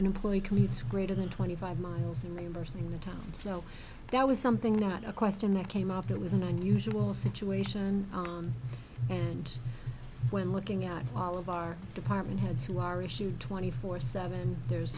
employee commutes greater than twenty five miles and they were saying the time so that was something not a question that came up that was an unusual situation and when looking at all of our department heads who are issued twenty four seven there's